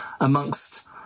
amongst